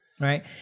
Right